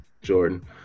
Jordan